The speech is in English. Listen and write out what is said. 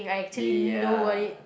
ya